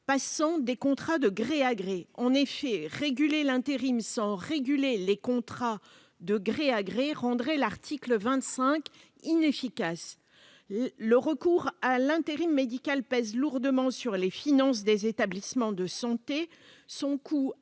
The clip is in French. passant des contrats de gré à gré en effet réguler l'intérim 100 réguler les contrats de gré à gré, rendrait l'article 25 inefficace, le recours à l'intérim médical pèse lourdement sur les finances des établissements de santé,